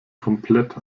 komplett